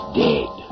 dead